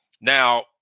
Now